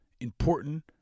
important